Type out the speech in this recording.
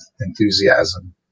enthusiasm